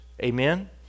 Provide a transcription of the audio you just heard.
Amen